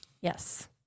Yes